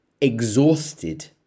exhausted